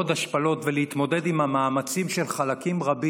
השפלות ולהתמודד עם המאמצים של חלקים רבים,